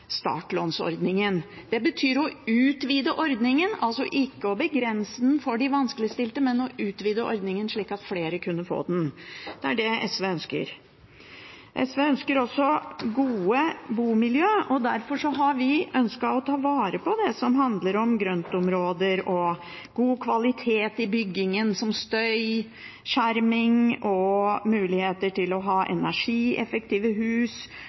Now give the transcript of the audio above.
startlånsordningen. Det betyr å utvide ordningen, altså ikke å begrense den for de vanskeligstilte, men å utvide ordningen slik at flere kunne få den. Det er det SV ønsker. SV ønsker også gode bomiljø, og derfor har vi ønsket å ta vare på det som handler om grøntområder og god kvalitet i byggingen, som støyskjerming og muligheter til å ha energieffektive hus,